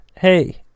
Hey